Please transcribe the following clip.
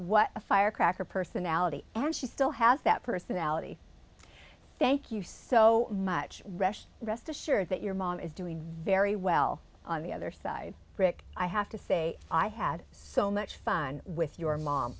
what a firecracker personality and she still has that personality thank you so much rush rest assured that your mom is doing very well on the other side rick i have to say i had so much fun with your mom